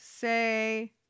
say